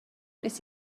wnes